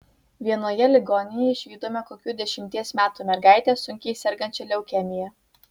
vienoje ligoninėje išvydome kokių dešimties metų mergaitę sunkiai sergančią leukemija